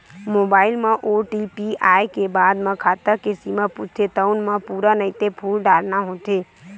mobile म OTP आए के बाद म खाता के सीमा पूछथे तउन म पूरा नइते फूल डारना होथे